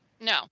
no